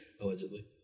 Allegedly